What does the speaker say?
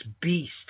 beast